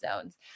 zones